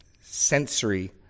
sensory